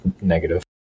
negative